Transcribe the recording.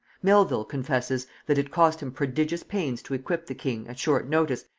melvil confesses, that it cost him prodigious pains to equip the king, at short notice,